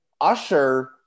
usher